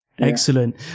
Excellent